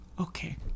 Okay